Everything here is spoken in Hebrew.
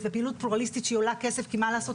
ופעילות פלורליסטית שעולה כסף כי מה לעשות,